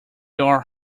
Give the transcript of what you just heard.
are